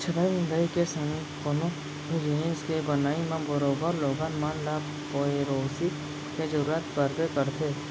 छबई मुंदई के संग कोनो भी जिनिस के बनई म बरोबर लोगन मन ल पेरोसी के जरूरत परबे करथे